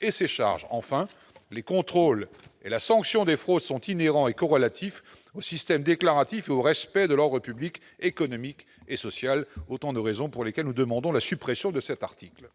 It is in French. et ses charges, enfin les contrôles et la sanction des fraudes sont inhérents échos relatifs au système déclaratif et au respect de l'ordre public, économique et sociale, autant de raisons pour lesquelles nous demandons la suppression de cet article.